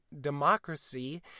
democracy